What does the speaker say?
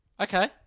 Okay